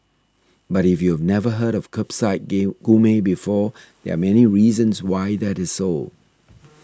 but if you've never heard of Kerbside Gourmet before there are many reasons why that is so